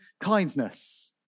kindness